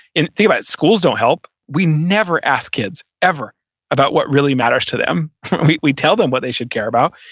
and thinking about it, schools don't help. we never ask kids ever about what really matters to them we we tell them what they should care about,